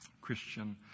Christian